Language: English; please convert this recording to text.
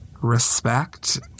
respect